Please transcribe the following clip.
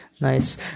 Nice